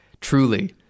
truly